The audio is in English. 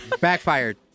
Backfired